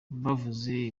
bavuze